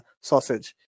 sausage